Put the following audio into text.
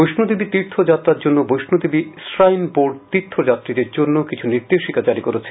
বৈষ্ণোদেবী তীর্থযাত্রার জন্য Vaishno Devi shrine board তীর্থযাত্রীদের জন্য কিছু নির্দেশিকা জারি করেছে